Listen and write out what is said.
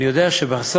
אני יודע שבסוף,